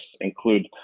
include